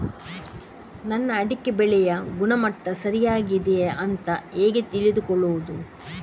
ನನ್ನ ಅಡಿಕೆ ಬೆಳೆಯ ಗುಣಮಟ್ಟ ಸರಿಯಾಗಿ ಇದೆಯಾ ಅಂತ ಹೇಗೆ ತಿಳಿದುಕೊಳ್ಳುವುದು?